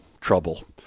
trouble